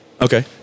Okay